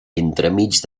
entremig